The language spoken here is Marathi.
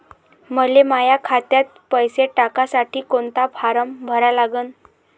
मले माह्या खात्यात पैसे टाकासाठी कोंता फारम भरा लागन?